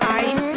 ice